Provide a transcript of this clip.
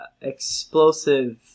explosive